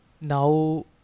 now